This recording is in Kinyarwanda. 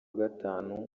gatanu